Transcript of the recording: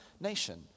nation